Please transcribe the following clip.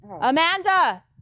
Amanda